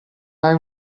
hai